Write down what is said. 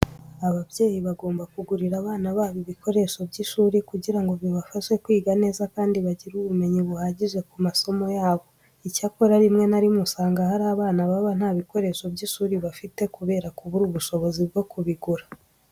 Ababyeyi bagomba kugurira abana babo ibikoresho by'ishuri kugira ngo bibafashe kwiga neza kandi bagire n'ubumenyi buhagije ku masomo yabo. Icyakora rimwe na rimwe usanga hari abana baba nta bikoresho by'ishuri bafite kubera kubura ubushobozi bwo kubigura.